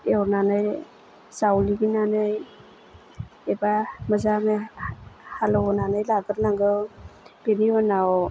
एवनानै जावग्लिनानै एबा मोजांनो हा हालेवनानै लाग्रोनांगौ बेनि उनाव